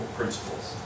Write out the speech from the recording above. principles